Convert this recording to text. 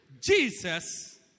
Jesus